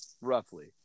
roughly